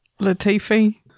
Latifi